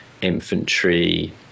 infantry